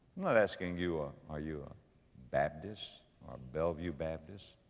not asking you are, are you a baptist or a bellevue baptist,